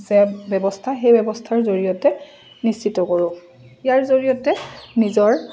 আছে ব্যৱস্থা সেই ব্যৱস্থাৰ জৰিয়তে নিশ্চিত কৰোঁ ইয়াৰ জৰিয়তে নিজৰ